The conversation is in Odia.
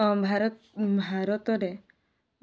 ଭାରତ ଭାରତରେ